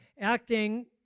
acting